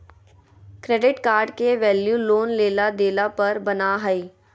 credit card के value loan लेला देला पर बना हइ